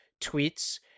tweets